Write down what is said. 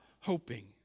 hoping